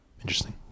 interesting